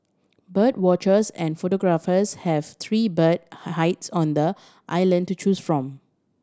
bird watchers and photographers have three bird high hides on the island to choose from